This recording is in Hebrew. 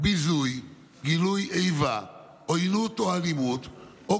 ביזוי, גילוי איבה, עוינות או אלימות או